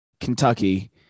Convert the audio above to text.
Kentucky